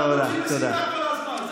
שרת התרבות, והיא מסיתה כל הזמן.